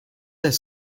unser